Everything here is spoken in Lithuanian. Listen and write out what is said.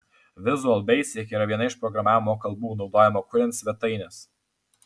visual basic yra viena iš programavimo kalbų naudojamų kuriant svetaines